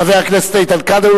חבר הכנסת איתן כבל.